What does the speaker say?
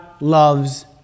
loves